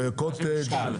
וקוטג'?